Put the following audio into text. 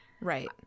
Right